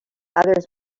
others